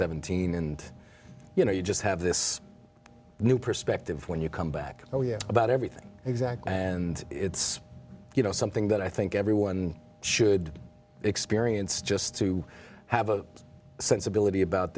seventeen and you know you just have this new perspective when you come back oh yes about everything exactly and it's you know something that i think everyone should experience just to have a sense ability about